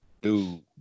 dude